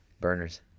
Burners